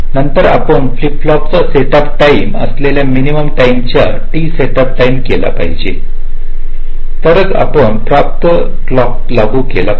नंतर आपण फ्लिप फ्लॉपचा सेटअप टाईम असलेल्या मिनिमम टाईम च्या टी सेटअप केले पाहिजे तरच आपण प्राप्त क्लॉक लागू केले पाहिजे